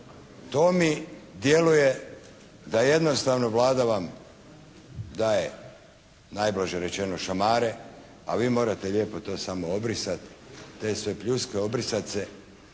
To mi djeluje da jednostavno Vlada vam daje najblaže rečeno šamare, a vi morate lijepo to samo obrisat, te svoje pljuske, obrisat